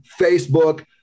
Facebook